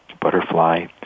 butterfly